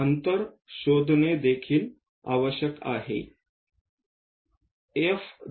आपल्याला अंतर शोधणे देखील आवश्यक आहे